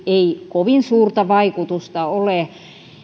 ei todennäköisesti kovin suurta vaikutusta ole